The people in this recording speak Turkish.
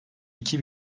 iki